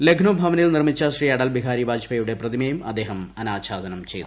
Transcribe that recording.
ലഖ്നൌ ഭവനിൽ നിർമ്മിച്ച ശ്രീ അടൽ പ്ഷിഹാരി വായ്പേയിയുടെ പ്രതിമയും അദ്ദേഹം അനാച്ഛാദനം ക്ഷ്യ്തു